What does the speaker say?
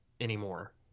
anymore